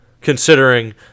considering